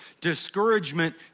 discouragement